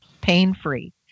pain-free